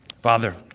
Father